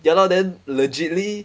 ya lor then legitly